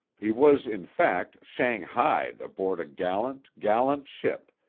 he was in fact shanghaied aboard a gallant, gallant ship,